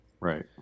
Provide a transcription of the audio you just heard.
Right